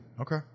Okay